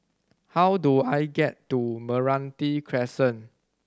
how do I get to Meranti Crescent